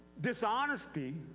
dishonesty